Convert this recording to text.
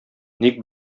ник